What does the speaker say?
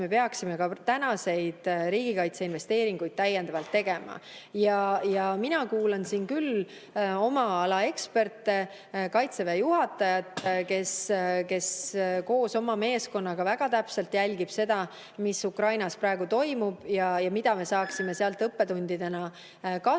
me peaksime ka riigikaitseinvesteeringuid täiendavalt tegema. Mina kuulan siin küll oma ala eksperte ja kaitseväe juhatajat, kes koos oma meeskonnaga väga täpselt jälgib seda, mis Ukrainas praegu toimub ja mida me saaksime sealt õppetundidena kasutada.